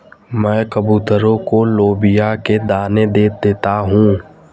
मैं कबूतरों को लोबिया के दाने दे देता हूं